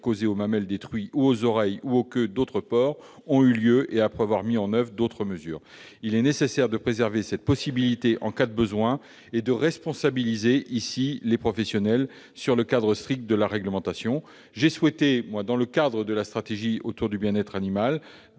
causées aux mamelles des truies ou aux oreilles ou aux queues d'autres porcs ont eu lieu » et après que d'autres mesures ont été mises en oeuvre. Il est nécessaire de préserver cette possibilité en cas de besoin et de responsabiliser les professionnels sur le cadre strict de la réglementation. J'ai souhaité, dans le droit-fil de la stratégie en faveur du bien-être animal,